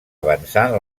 avançant